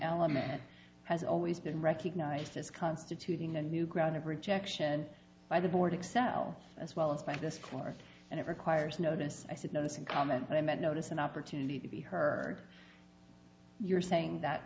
element has always been recognized as constituting a new ground of rejection by the board excel as well as by this card and it requires notice i said no this in comments i meant notice an opportunity to be heard you're saying that